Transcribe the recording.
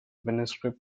manuscripts